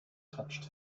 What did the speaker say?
touched